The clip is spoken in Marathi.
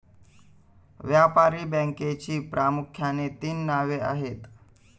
व्यापारी बँकेची प्रामुख्याने तीन नावे आहेत